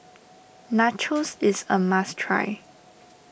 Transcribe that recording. Nachos is a must try